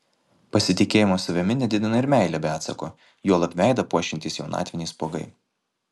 pasitikėjimo savimi nedidina ir meilė be atsako juolab veidą puošiantys jaunatviniai spuogai